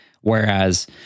Whereas